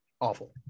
awful